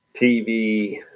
TV